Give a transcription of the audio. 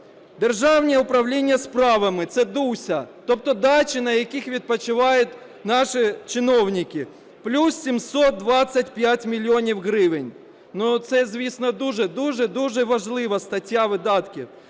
Державне управління справами, це ДУСя, тобто дачі, на яких відпочивають наші чиновники, – плюс 725 мільйонів гривень. Ну це, звісно, дуже-дуже важлива стаття видатків.